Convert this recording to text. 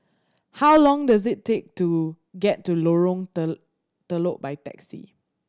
how long does it take to get to Lorong Telok by taxi